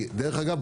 דרך אגב,